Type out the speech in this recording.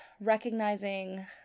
recognizing